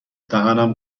دهنم